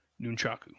nunchaku